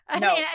No